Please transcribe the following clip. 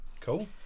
cool